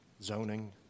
zoning